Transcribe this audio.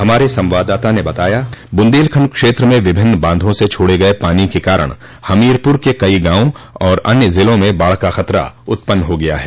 हमारे संवाददाता ने बताया बुंदेलखंड क्षेत्र में विभिन्न बांधों से छोड़े गए पानी के कारण हमीरपुर के कई गांवों और अन्य जिलों में बाढ़ का खतरा उत्पन्न हो गया है